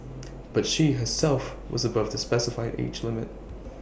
but she herself was above the specified age limit